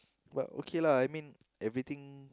but okay lah I mean everything